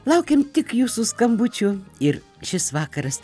laukiam tik jūsų skambučių ir šis vakaras